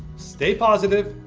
stay positive,